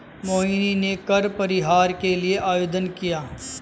मोहिनी ने कर परिहार के लिए आवेदन किया